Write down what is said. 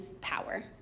power